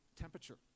temperature